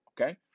Okay